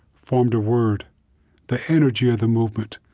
formed a word the energy of the movement.